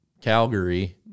calgary